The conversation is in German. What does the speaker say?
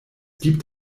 gibt